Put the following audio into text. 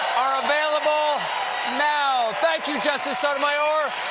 are available now. thank you, justice sotomayor!